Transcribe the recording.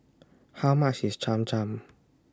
How much IS Cham Cham